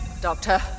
Doctor